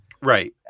Right